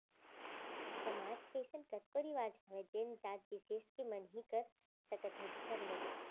समाज के अइसन कतको रिवाज हावय जेन जात बिसेस के मन ही कर सकत हे दूसर नही